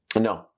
No